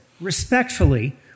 respectfully